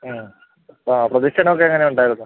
മ്മ് ആ പ്രദക്ഷിണം ഒക്കെ എങ്ങനെ ഉണ്ടായിരുന്നു